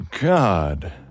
God